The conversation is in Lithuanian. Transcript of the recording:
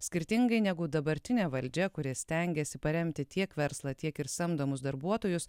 skirtingai negu dabartinė valdžia kuri stengiasi paremti tiek verslą tiek ir samdomus darbuotojus